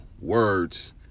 words